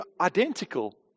identical